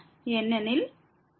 ஏனெனில் xN1